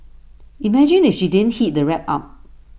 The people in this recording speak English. imagine if she didn't heat the wrap up